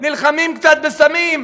נלחמים קצת בסמים,